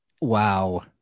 Wow